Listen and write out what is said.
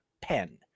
pen